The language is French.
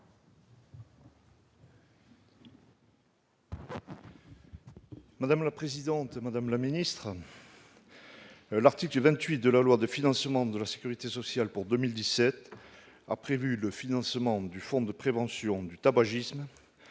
l'amendement n° 163 rectifié. L'article 28 de la loi de financement de la sécurité sociale pour 2017 a prévu le financement du fonds de prévention du tabagisme